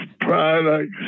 products